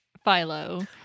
philo